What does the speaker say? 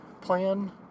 plan